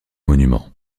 monuments